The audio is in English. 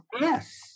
Yes